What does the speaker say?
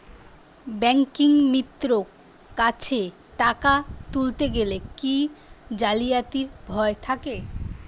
ব্যাঙ্কিমিত্র কাছে টাকা তুলতে গেলে কি জালিয়াতির ভয় থাকে?